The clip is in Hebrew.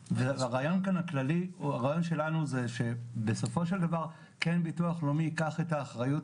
הרעיון שלנו זה שבסופו של דבר ביטוח לאומי כן ייקח את האחריות.